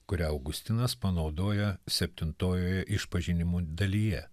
kurią augustinas panaudoja septintojoje išpažinimų dalyje